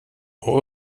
och